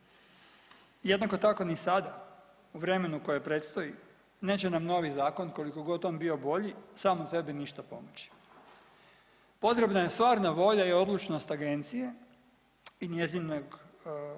jednako tako ni sada u vremenu koje predstoji neće nam novi zakon koliko god on bio bolji sam po sebi ništa pomoći. Potrebna je stvarna volja i odlučnost agencije i njezinog, da